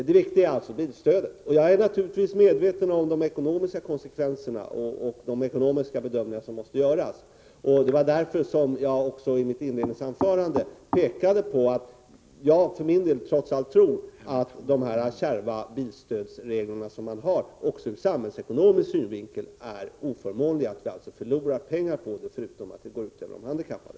Det viktiga är alltså bilstödet, och jag är naturligtvis medveten om de ekonomiska konsekvenserna och de ekonomiska bedömningar som måste göras. Det var därför som jag i mitt inledningsanförande pekade på att jag för min del trots allt tror att de kärva bilstödsregler som nu finns är oförmånliga också ur samhällsekonomisk synvinkel — att vi alltså förlorar pengar på dem, förutom att effekterna av dem går ut över de handikappade.